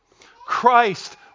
Christ